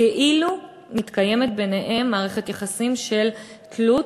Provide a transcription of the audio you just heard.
כאילו מתקיימת ביניהם מערכת יחסים של תלות,